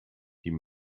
die